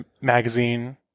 magazine